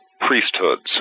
priesthoods